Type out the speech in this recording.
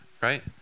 right